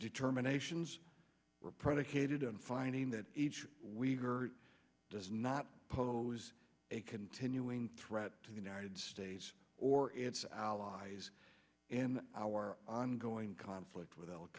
determinations were predicated on finding that each weaver does not pose a continuing threat to the united states or its allies in our ongoing conflict with al